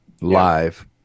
live